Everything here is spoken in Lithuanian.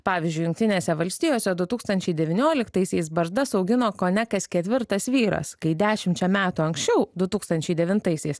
pavyzdžiui jungtinėse valstijose du tūkstančiai devynioliktaisiais barzdas augino kone kas ketvirtas vyras kai dešimčia metų anksčiau du tūkstančiai devintaisiais